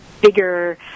bigger